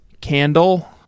Candle